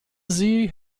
sie